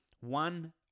one